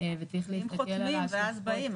וצריך להסתכל על ה --- הם חותמים ואז באים,